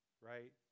right